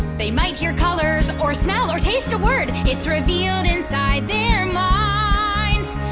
they might hear colors or smell or taste a word. it's revealed inside their minds,